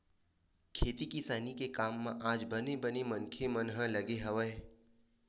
खेती किसानी के काम म आज बने बने मनखे मन ह लगे हवय